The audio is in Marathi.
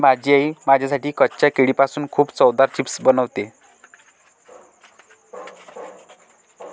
माझी आई माझ्यासाठी कच्च्या केळीपासून खूप चवदार चिप्स बनवते